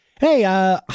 Hey